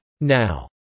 Now